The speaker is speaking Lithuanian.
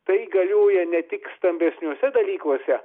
tai galioja ne tik stambesniuose dalykuose